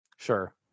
Sure